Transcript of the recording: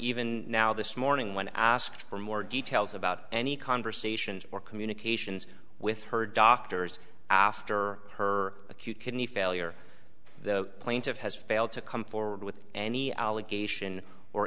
even now this morning when i asked for more details about any conversations or communications with her doctors after her acute kidney failure the plaintiff has failed to come forward with any allegation or